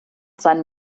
seinem